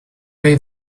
way